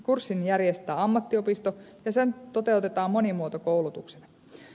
kurssin järjestää ammattiopisto ja se toteutetaan monimuotokoulutuksena